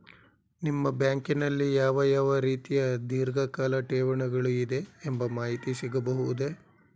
ನಿಮ್ಮ ಬ್ಯಾಂಕಿನಲ್ಲಿ ಯಾವ ಯಾವ ರೀತಿಯ ಧೀರ್ಘಕಾಲ ಠೇವಣಿಗಳು ಇದೆ ಎಂಬ ಮಾಹಿತಿ ಸಿಗಬಹುದೇ?